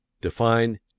Define